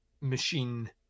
machine